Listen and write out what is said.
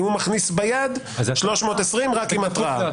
אם הוא מכניס ביד,320, רק עם התראה.